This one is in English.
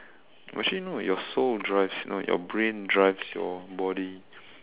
actually no your soul drives no your brain drives your body